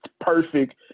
perfect